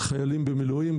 חינוך